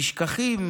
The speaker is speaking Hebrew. נשכחים